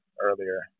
earlier